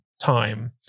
time